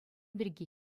пирки